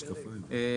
ההסתייגויות לא עברו.